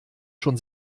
schon